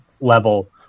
level